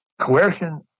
coercion